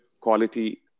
quality